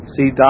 See